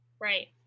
Right